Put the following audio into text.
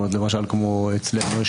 למשל כמו אצלנו?